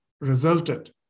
resulted